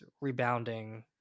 rebounding